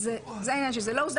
זה העניין, שזה לא הוסדר